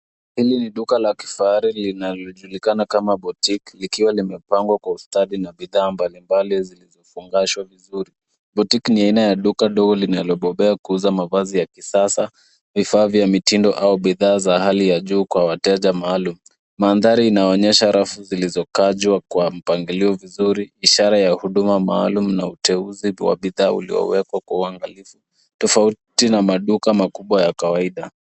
Hili ni duka la kifahari linalojulikana kama boutique likiwa limepangwa kwa ustadi na bidhaa mbalimbali zikifumbashwa vizuri. Boutique ni aina ya duka ndogo linalobobea kuuza mavazi ya kisasa vifaa vya mitindo au bidhaa za hali ya juu kwa wateja maalum. Maandari inaonyesha rafu zilizokajwa kwa mpangilio vizuri ishara ya huduma maalum na uteuzi wa bidhaa uliowekwa kwa uangalifu, tofauti na maduka makubwa ya kawaida.